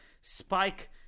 spike